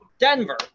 Denver